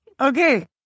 Okay